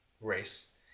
race